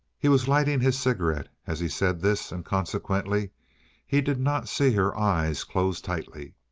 he was lighting his cigarette as he said this, and consequently he did not see her eyes close tightly.